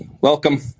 welcome